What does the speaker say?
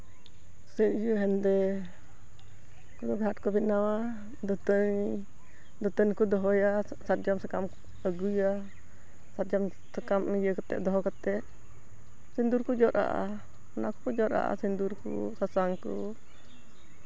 ᱥᱮ ᱤᱭᱟᱹ ᱦᱮᱸᱫᱮ ᱟᱫᱚ ᱜᱷᱟᱴ ᱠᱚ ᱵᱮᱱᱟᱣᱟ ᱫᱟᱹᱛᱟᱹᱱᱤ ᱫᱟᱹᱛᱟᱹᱱᱤ ᱠᱚ ᱫᱚᱦᱚᱭᱟ ᱥᱟᱨᱡᱚᱢ ᱥᱟᱠᱟᱢ ᱠᱚ ᱟᱹᱜᱩᱭᱟ ᱥᱟᱨᱡᱚᱢ ᱥᱟᱠᱟᱢ ᱤᱭᱟᱹ ᱠᱟᱛᱮ ᱫᱚᱦᱚ ᱠᱟᱛᱮ ᱥᱤᱸᱫᱩᱨ ᱠᱚ ᱡᱚᱫ ᱟᱜᱼᱟ ᱚᱱᱟ ᱠᱚᱠᱚ ᱡᱚᱫ ᱟᱜᱼᱟ ᱥᱤᱸᱫᱩᱨ ᱠᱚ ᱥᱟᱥᱟᱝ ᱠᱚ